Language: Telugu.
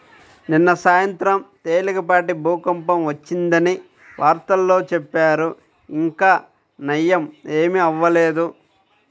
నిన్న సాయంత్రం తేలికపాటి భూకంపం వచ్చిందని వార్తల్లో చెప్పారు, ఇంకా నయ్యం ఏమీ అవ్వలేదు